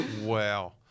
Wow